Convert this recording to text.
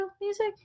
music